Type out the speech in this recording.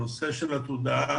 הנושא של התודעה,